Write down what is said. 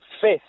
fifth